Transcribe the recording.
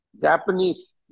Japanese